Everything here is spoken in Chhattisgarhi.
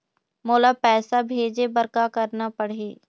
मोला पैसा भेजे बर का करना पड़ही?